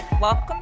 Welcome